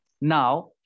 now